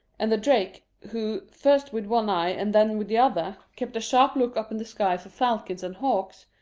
and the drake, who, first with one eye and then with the other, kept a sharp look up in the sky for falcons and hawks,